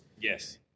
yes